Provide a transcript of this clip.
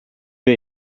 wir